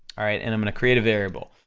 alright, and i'm gonna create a variable,